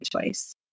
choice